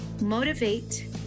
motivate